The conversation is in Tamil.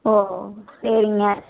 ஓ ஓ சரிங்க